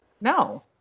No